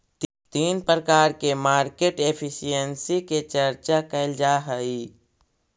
तीन प्रकार के मार्केट एफिशिएंसी के चर्चा कैल जा हई